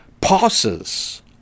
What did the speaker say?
passes